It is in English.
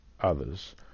others